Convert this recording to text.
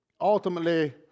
ultimately